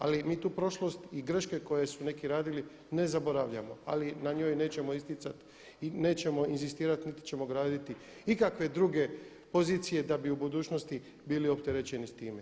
Ali mi tu prošlost i greške koje su neki radili ne zaboravljamo, ali na njoj nećemo isticati i nećemo inzistirati niti ćemo graditi ikakve druge pozicije da bi u budućnosti bili opterećeni s time.